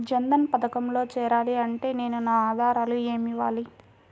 జన్ధన్ పథకంలో చేరాలి అంటే నేను నా ఆధారాలు ఏమి ఇవ్వాలి?